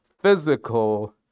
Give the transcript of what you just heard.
physical